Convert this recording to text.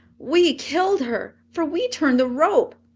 we killed her, for we turned the rope!